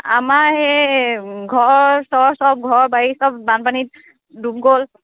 আমাৰ সেই ঘৰ চৰ চব ঘৰ বাৰী চব বানপানীত ডুব গ'ল